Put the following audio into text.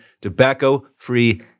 tobacco-free